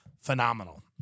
phenomenal